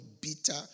bitter